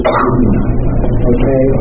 Okay